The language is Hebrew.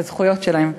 בזכויות שלהם.